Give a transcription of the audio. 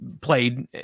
played